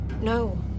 No